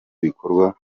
bigakorwa